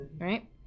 right